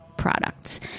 Products